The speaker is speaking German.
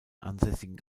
ansässigen